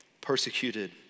persecuted